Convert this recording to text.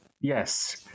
yes